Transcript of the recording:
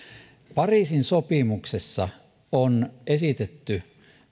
pariisin sopimuksessa on esitetty